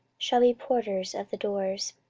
shall be porters of the doors